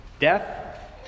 death